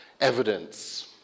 evidence